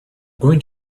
going